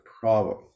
problem